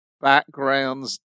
backgrounds